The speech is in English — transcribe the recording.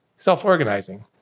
Self-organizing